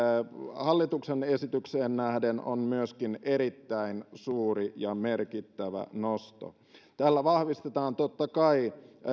hallituksen esitykseen nähden on myöskin erittäin suuri ja merkittävä nosto tällä vahvistetaan totta kai